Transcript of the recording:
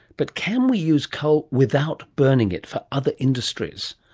but can we use coal without burning it for other industries?